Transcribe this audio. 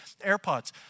AirPods